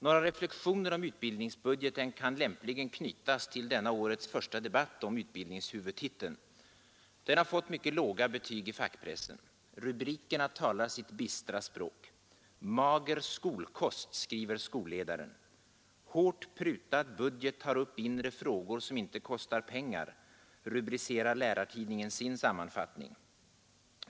Några reflexioner om utbildningsbudgeten kan lämpligen knytas till denna årets första debatt om utbildningshuvudtiteln. Den har fått mycket låga betyg i fackpressen. Rubrikerna talar sitt bistra språk. ”Mager skolkost”, skriver Skolledaren. ”Hårt prutad budget tar upp inre frågor som inte kostar pengar”, rubricerar Lärartidningen sin sammanfattning.